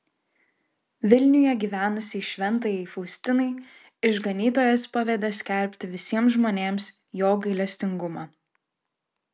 vilniuje gyvenusiai šventajai faustinai išganytojas pavedė skelbti visiems žmonėms jo gailestingumą